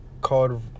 called